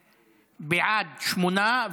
בעד, שמונה.